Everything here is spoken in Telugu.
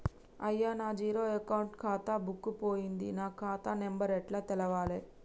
అయ్యా నా జీరో అకౌంట్ ఖాతా బుక్కు పోయింది నా ఖాతా నెంబరు ఎట్ల తెలవాలే?